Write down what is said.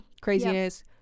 craziness